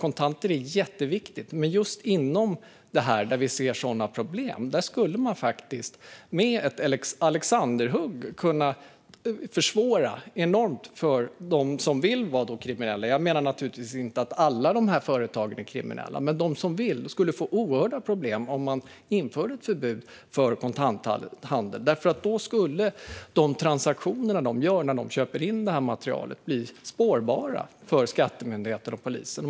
Kontanter är jätteviktiga, men just inom områden där vi ser sådana problem skulle vi med ett alexanderhugg kunna försvåra enormt för dem som vill vara kriminella. Jag menar naturligtvis inte att alla dessa företag är kriminella, men de som vill skulle få oerhörda problem om det infördes ett förbud mot kontanthandel. Då skulle transaktionerna vid inköp av materialet bli spårbara för skattemyndigheter och polisen.